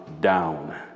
down